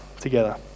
together